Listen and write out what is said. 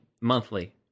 monthly